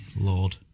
Lord